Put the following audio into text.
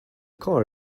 car